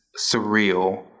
surreal